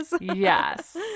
Yes